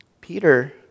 Peter